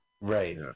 Right